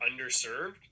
underserved